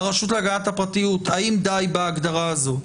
הרשות להגנת הפרטיות, האם די בהגדרה הזאת?